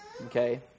Okay